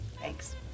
Thanks